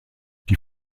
die